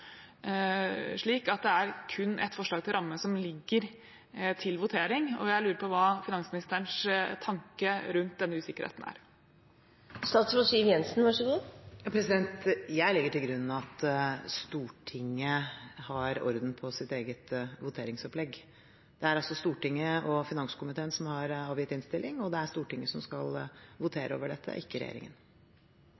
slik, som det ble gjort oppmerksom på i forrige replikkordskifte, at det er kun ett forslag til ramme som ligger til votering, og jeg lurer på hva finansministerens tanke rundt denne usikkerheten er. Jeg legger til grunn at Stortinget har orden på sitt eget voteringsopplegg. Det er altså Stortinget og finanskomiteen som har avgitt innstilling, og det er Stortinget som skal